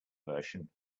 version